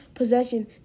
possession